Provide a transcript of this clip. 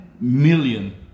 million